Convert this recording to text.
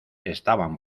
estaban